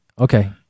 Okay